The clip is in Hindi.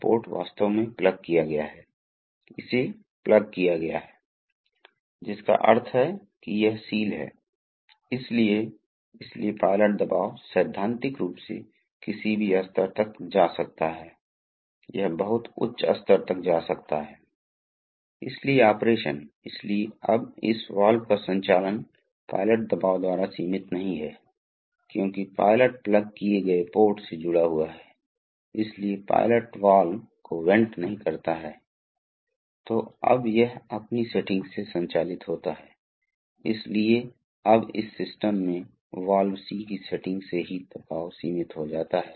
उदाहरण के लिए वायवीय प्रणालियों में इसके विपरीत आपको उन चीज़ों की आवश्यकता नहीं है आपको उन चीज़ों की आवश्यकता नहीं है आपको रिटर्न लाइन की आवश्यकता नहीं है क्योंकि यह हवा को छोड़ सकता है इसने काम कर दिया और यह वायुमंडलीय दबाव आ गया है आप वायुमण्डल को वायुमण्डल में छोड़ सकते हैं लेकिन रिटर्न लाइन की लागत को बचाकर जलविद्युत के मामले में ऐसा नहीं है आपके पास वापसी लाइन होनी चाहिए